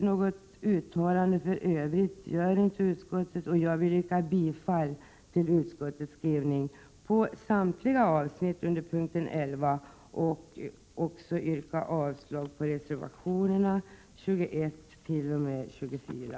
Något uttalande för övrigt gör inte utskottet, och jag vill därför yrka bifall till utskottets skrivning på samtliga avsnitt under punkten 11 och samtidigt yrka avslag på reservationerna 21-24.